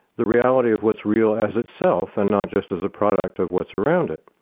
the reality of what's real as itself, and not just as a product of what's around it,